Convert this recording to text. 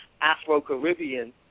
Afro-Caribbean